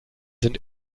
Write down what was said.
sind